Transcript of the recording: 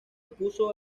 opuso